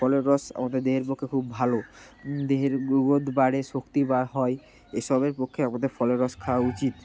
ফলের রস আমাদের দেহের পক্ষে খুব ভালো দেহের গ্রোথ বাড়ে শক্তি বা হয় এ সবের পক্ষে আমাদের ফলের রস খাওয়া উচিত